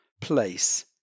place